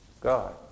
God